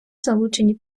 залучені